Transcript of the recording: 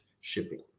shipping